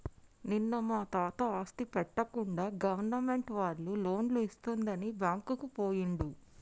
నిన్న మా తాత ఆస్తి పెట్టకుండా గవర్నమెంట్ వాళ్ళు లోన్లు ఇస్తుందని బ్యాంకుకు పోయిండు